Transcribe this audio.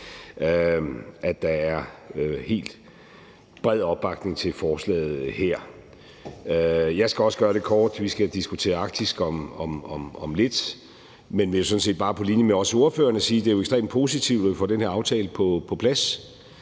at der er helt bred opbakning til forslaget her. Jeg skal også gøre det kort. Vi skal diskutere Arktis om lidt, men jeg vil sådan set bare på linje med ordførerne også sige, at det jo er ekstremt positivt, at vi får den her aftale på plads